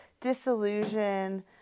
disillusion